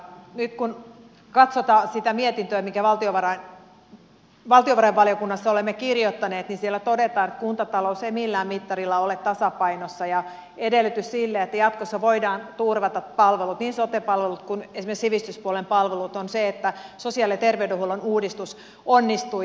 nyt kun katsotaan sitä mietintöä jonka valtiovarainvaliokunnassa olemme kirjoittaneet siellä todetaan että kuntatalous ei millään mittarilla ole tasapainossa ja edellytys sille että jatkossa voidaan turvata palvelut niin sote palvelut kuin esimerkiksi sivistyspuolen palvelut on se että sosiaali ja terveydenhuollon uudistus onnistuu